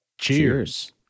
cheers